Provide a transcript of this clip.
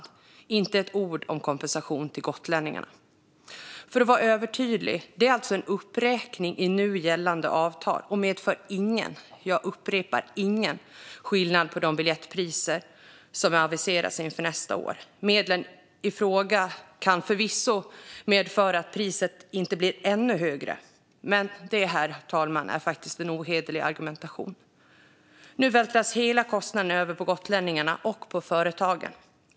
Det är inte ett ord om kompensation till gotlänningarna. För att vara övertydlig: Det är alltså en uppräkning i nu gällande avtal och medför ingen - jag upprepar "ingen" - skillnad på de biljettpriser som har aviserats inför nästa år. Medlen i fråga kan förvisso medföra att priset inte blir ännu högre, men det, fru talman, är faktiskt en ohederlig argumentation. Nu vältras hela kostnaden över på gotlänningarna och på företagen.